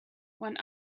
one